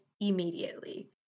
immediately